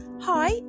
Hi